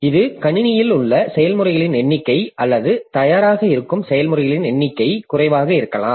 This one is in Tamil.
இது கணினியில் உள்ள செயல்முறைகளின் எண்ணிக்கை அல்லது தயாராக இருக்கும் செயல்முறைகளின் எண்ணிக்கை குறைவாக இருக்கலாம்